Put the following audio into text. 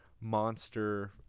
monster